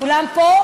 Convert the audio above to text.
כולם פה,